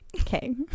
Okay